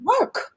work